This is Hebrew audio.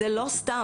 זה לא סתם.